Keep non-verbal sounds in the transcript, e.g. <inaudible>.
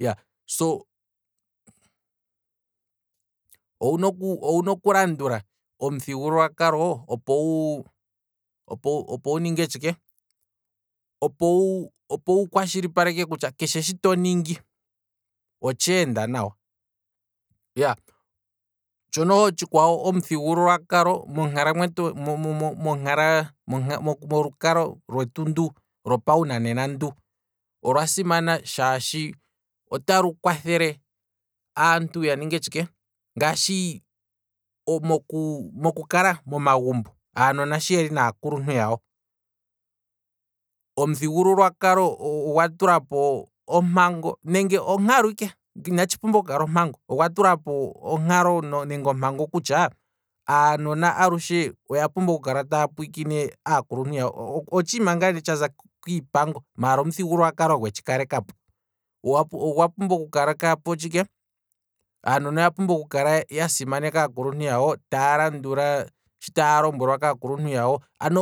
iyaa, so, owuna okulandula, opowu, opo wuninge tshike, opowu opo wukwa tshilipaleke kutya keshe shi toningi, otsheenda nawa, tsho noho otshikwawo omuthigululwakalo, <hesitation> molukalwa lwetu ndu lopa wunanena ndu, olwasimana shaashi otalu kwathele aantu ya ninge tshike, ngaashi moku kala momagumbo, aanona shi yeli naakuluntu yawo, omuthigululwa kalo ogwa tulapo ompango, nenge onkalo ike, inatshi pumbwa oku kala ompango, ogwa tulapo onkalo kutya, aanona alushe oya pumbwa oku kala taya pwiikine aakuluntu yawo, otshiima tsaza ngaa kiipango, maala omuthigululwa kalo gwetshi kalekapo, ogwa pumbwa oku kalekapo tshike, aanona oya pumbwa oku kala ya simaneka aakuluntu yawo, taya landula shi taa lombwelwa kaakuluntu yawo, ano